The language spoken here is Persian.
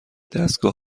دستگاه